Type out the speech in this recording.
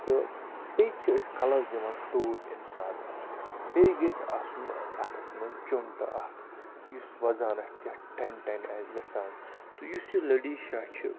تہٕ بیٚیہِ چھِ أسۍ کَلَس دِوان ٹوٗپۍ اَمہِ ساتہٕ بیٚیہِ گژھِ آسُن اَتھَس منٛز چُمٹہٕ اَکھ یُس وَزان آسہِ یَتھ ٹَنۍ ٹَنۍ آسہِ گژھان تہٕ یُس یہِ لٔڈِشاہ چھِ